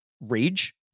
rage